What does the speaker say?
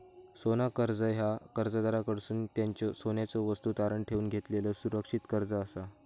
सोना कर्जा ह्या कर्जदाराकडसून त्यांच्यो सोन्याच्यो वस्तू तारण ठेवून घेतलेलो सुरक्षित कर्जा असा